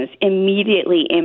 immediately